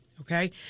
okay